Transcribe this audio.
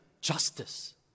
justice